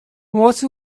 what